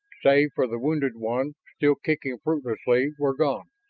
save for the wounded one still kicking fruitlessly, were gone.